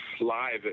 live